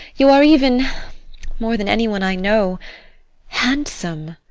you are even more than any one i know handsome.